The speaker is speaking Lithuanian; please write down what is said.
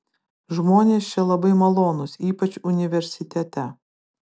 žmonės čia labai malonūs ypač universitete